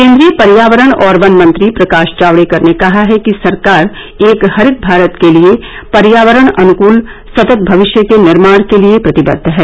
केन्द्रीय पर्यावरण और वन मंत्री प्रकाश जावड़ेकर ने कहा है कि सरकार एक हरित भारत के लिए पर्यावरण अनुकूल सतत भविष्य के निर्माण के लिए प्रतिबद्द है